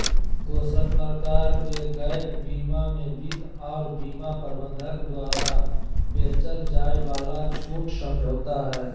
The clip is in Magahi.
दोसर प्रकार के गैप बीमा मे वित्त आर बीमा प्रबंधक द्वारा बेचल जाय वाला छूट समझौता हय